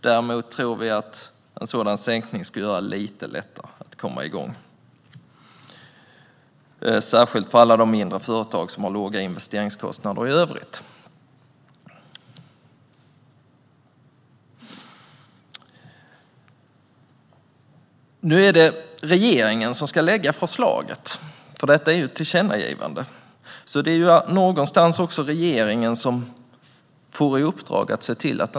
Däremot tror vi att en sådan sänkning skulle göra det lite lättare att komma igång, särskilt för alla de mindre företag som har låga investeringskostnader i övrigt. Fru talman! Detta är ett tillkännagivande, så nu är det regeringen som ska lägga fram förslaget.